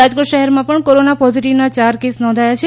રાજકોટ શહેરમાં પણ કોરોના પોઝીટીવનાં ચાર કેસ નોંધાયાં છે